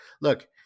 look